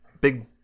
big